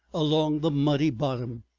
along the muddy bottom.